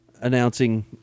Announcing